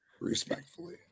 respectfully